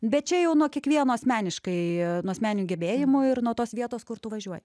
bet čia jau nuo kiekvieno asmeniškai nuo asmeninių gebėjimų ir nuo tos vietos kur tu važiuoji